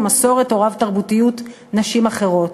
מסורת או רב-תרבותיות נשים אחרות,